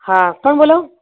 હા કોણ બોલો